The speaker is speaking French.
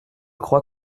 crois